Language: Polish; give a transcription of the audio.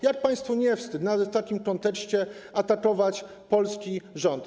Jak państwu nie wstyd nawet w takim kontekście atakować polski rząd?